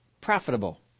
profitable